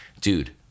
dude